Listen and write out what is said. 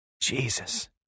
Jesus